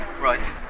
Right